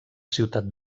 ciutat